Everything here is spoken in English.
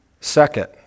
Second